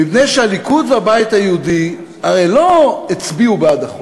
מפני שהליכוד והבית היהודי הרי לא הצביעו בעד החוק,